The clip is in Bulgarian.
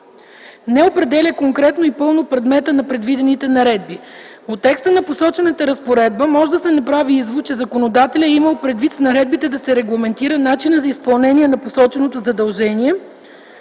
не определя конкретно и пълно предмета на предвидените наредби. От текста на посочената разпоредба може да се направи извод, че законодателят е имал предвид с наредбите да се регламентира начинът за изпълнение на посоченото задължение.